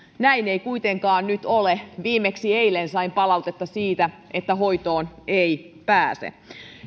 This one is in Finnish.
näin ei kuitenkaan nyt ole viimeksi eilen sain palautetta siitä että hoitoon ei pääse